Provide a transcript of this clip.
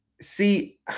see